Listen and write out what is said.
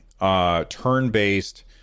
turn-based